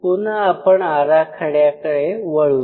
पुन्हा आपल्या आराखड्याकडे वळूया